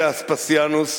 מילא אספסיאנוס,